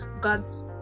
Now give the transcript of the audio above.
god's